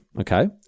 Okay